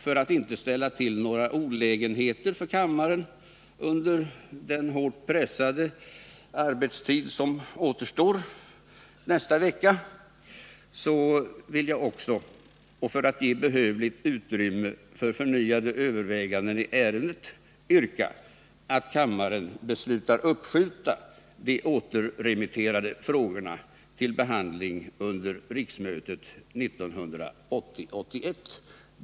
För att inte ställa till några olägenheter för kammaren, med det hårt pressade arbetsschema som återstår nästa vecka, och för att ge behövligt utrymme för förnyade överväganden i ärendet vill jag också yrka att kammaren beslutar uppskjuta de återremitterade frågorna till behandling under riksmötet 1980/81.